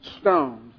stones